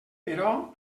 però